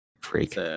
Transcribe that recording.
Freak